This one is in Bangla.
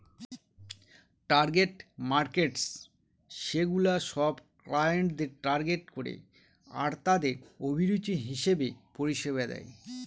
টার্গেট মার্কেটস সেগুলা সব ক্লায়েন্টদের টার্গেট করে আরতাদের অভিরুচি হিসেবে পরিষেবা দেয়